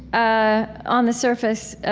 ah, on the surface, ah,